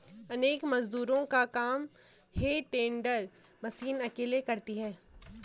अनेक मजदूरों का काम हे टेडर मशीन अकेले करती है